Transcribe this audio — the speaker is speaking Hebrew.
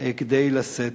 אמרתי לשר,